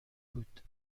بود